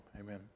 amen